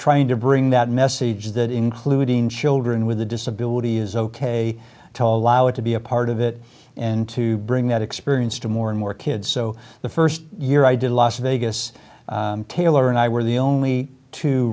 trying to bring that message that including children with a disability is ok to be a part of it and to bring that experience to more and more kids so the first year i did las vegas taylor and i were the only two